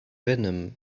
venom